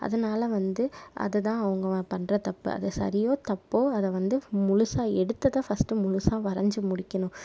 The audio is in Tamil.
அதனால் வந்து அதை தான் அவங்க பண்ணுற தப்பு அது சரியோ தப்போ அதை வந்து முழுசாக எடுத்ததை ஃபர்ஸ்ட்டு முழுசாக வரஞ்சு முடிக்கணும்